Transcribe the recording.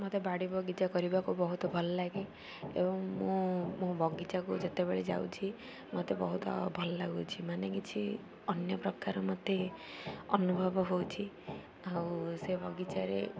ମତେ ବାଡ଼ି ବଗିଚା କରିବାକୁ ବହୁତ ଭଲ ଲାଗେ ଏବଂ ମୁଁ ମୋ ବଗିଚାକୁ ଯେତେବେଳେ ଯାଉଛି ମତେ ବହୁତ ଭଲ ଲାଗୁଛି ମାନେ କିଛି ଅନ୍ୟ ପ୍ରକାର ମତେ ଅନୁଭବ ହଉଛି ଆଉ ସେ ବଗିଚାରେ